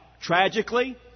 tragically